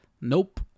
Nope